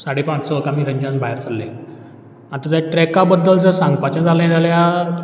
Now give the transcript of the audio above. साडे पांच संक आमी थंयच्यान भायर सरले आतां ज ट्रॅका बद्दल जर सांगपाचें जालें जाल्यार